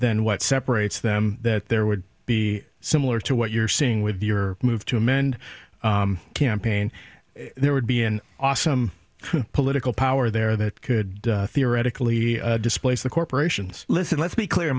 than what separates them there would be similar to what you're seeing with your move to amend campaign there would be an awesome political power there that could theoretically displace the corporations listen let's be clear